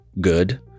good